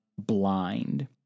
blind